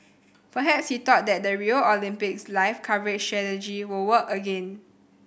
perhaps he thought that the Rio Olympics live coverage strategy will work again